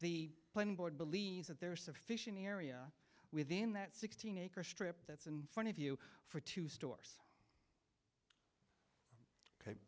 the plan board believes that there is sufficient area within that sixteen acre strip that's in front of you for two stores